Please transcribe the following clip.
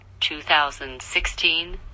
2016